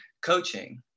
coaching